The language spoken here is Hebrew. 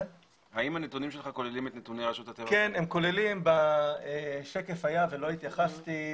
כן, הם כוללים, בשקף היה ולא התייחסתי.